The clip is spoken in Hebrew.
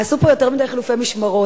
עשו פה יותר מדי חילופי משמרות,